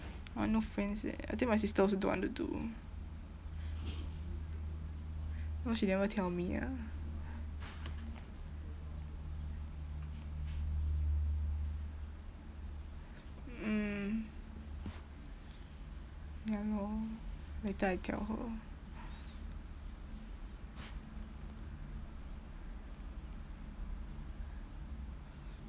I got no friends eh I think my sister also don't want to do she never tell me ah mm ya lor later I tell her